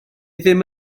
ddim